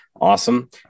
awesome